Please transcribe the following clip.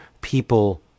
people